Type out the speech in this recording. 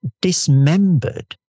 dismembered